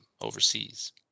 overseas